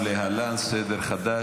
ולהלן סדר חדש,